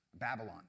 Babylon